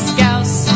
Scouse